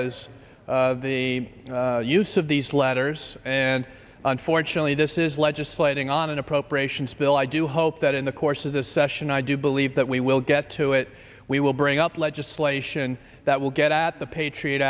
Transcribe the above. far as the use of these letters and unfortunately this is legislating on an appropriations bill i do hope that in the course of this session i do believe that we will get to it we will bring up legislation that will get at the patriot